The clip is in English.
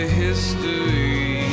history